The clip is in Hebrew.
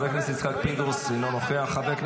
חבר הכנסת יצחק פינדרוס, אינו נוכח.